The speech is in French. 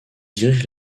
dirige